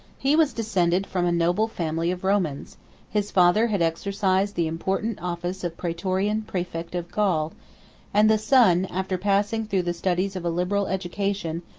he was descended from a noble family of romans his father had exercised the important office of praetorian praefect of gaul and the son, after passing through the studies of a liberal education,